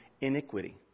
iniquity